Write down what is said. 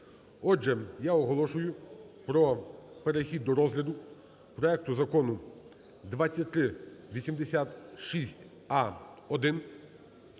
Отже, я оголошую про перехід до розгляду проекту Закону 2386а-1